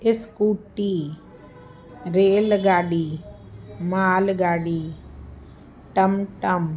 scooty रेलगाॾी मालगाॾी टम टम